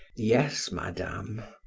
yes, madame.